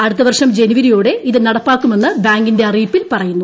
അടുത്ത വർഷം ജനുവരിയോടെ ഇത് നടപ്പാക്കുമെന്ന് ബാങ്കിന്റെ അറിയിപ്പിൽ പറയുന്നു